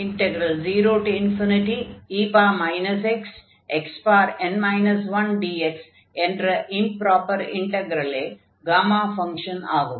0e xxn 1dx என்ற improper இன்டக்ரலே gamma function ஆகும்